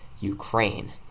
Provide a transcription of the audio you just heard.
Ukraine